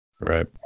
right